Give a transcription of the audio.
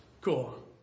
cool